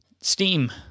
Steam